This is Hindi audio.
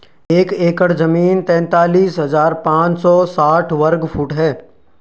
एक एकड़ जमीन तैंतालीस हजार पांच सौ साठ वर्ग फुट है